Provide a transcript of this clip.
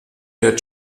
der